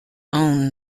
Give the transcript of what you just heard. own